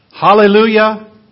Hallelujah